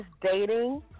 dating